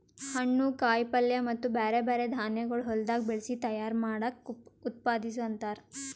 ಹಣ್ಣು, ಕಾಯಿ ಪಲ್ಯ ಮತ್ತ ಬ್ಯಾರೆ ಬ್ಯಾರೆ ಧಾನ್ಯಗೊಳ್ ಹೊಲದಾಗ್ ಬೆಳಸಿ ತೈಯಾರ್ ಮಾಡ್ದಕ್ ಉತ್ಪಾದಿಸು ಅಂತಾರ್